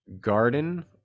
garden